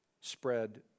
spread